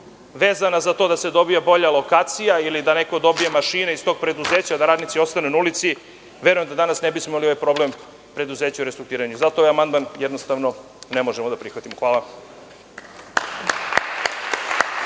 vezana za to da se dobije bolja lokacija ili da neko dobije mašine iz tog preduzeća, da radnici ostanu na ulici, verujem da danas ne bismo imali ovaj problem preduzeća u restrukturiranju. Zato ovaj amandman jednostavno ne možemo da prihvatimo. Hvala.